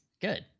good